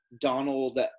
Donald